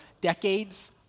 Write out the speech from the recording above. decades